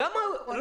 לא.